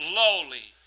lowly